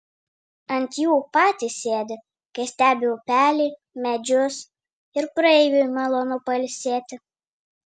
ant jų patys sėdi kai stebi upelį medžius ir praeiviui malonu pailsėti